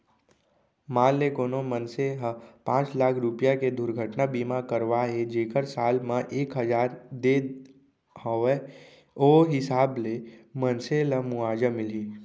मान ले कोनो मनसे ह पॉंच लाख रूपया के दुरघटना बीमा करवाए हे जेकर साल म एक हजार दे हवय ओ हिसाब ले मनसे ल मुवाजा मिलही